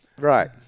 Right